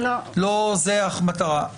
לא זו המטרה.